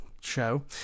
show